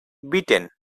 beaten